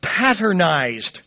patternized